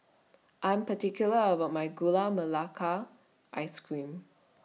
I'm particular about My Gula Melaka Ice Cream